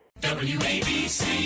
WABC